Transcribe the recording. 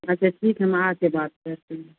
अच्छा ठीक है हम आकर बात करते हैं